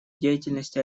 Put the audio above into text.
деятельности